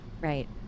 Right